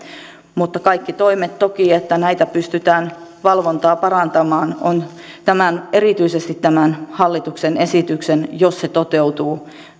mutta toki kaikki toimet niin että pystytään valvontaa parantamaan ovat erityisesti tämän hallituksen esityksen jos se toteutuu